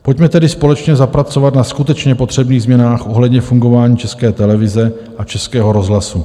Pojďme tedy společně zapracovat na skutečně potřebných změnách ohledně fungování České televize a Českého rozhlasu.